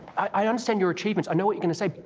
i understand your achievements. i know what you're gonna say.